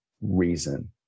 reason